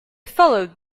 followed